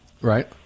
Right